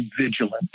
vigilant